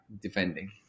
defending